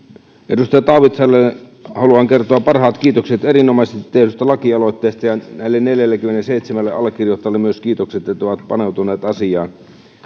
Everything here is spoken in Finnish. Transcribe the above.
edustaja taavitsaiselle haluan kertoa parhaat kiitokset erinomaisesti tehdystä lakialoitteesta ja myös näille neljällekymmenelleseitsemälle allekirjoittaneelle kiitokset että ovat paneutuneet asiaan